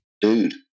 dude